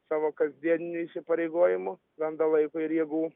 savo kasdieninių įsipareigojimų randa laiko ir jėgų